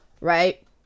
right